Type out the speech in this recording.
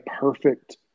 perfect